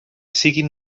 siguin